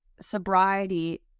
sobriety